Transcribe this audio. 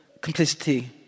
complicity